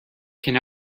can